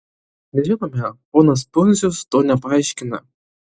nežinome ponas pundzius to nepaaiškina